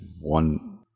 one